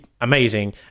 amazing